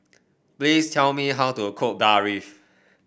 please tell me how to cook Barfi